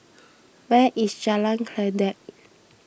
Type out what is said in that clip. where is Jalan Kledek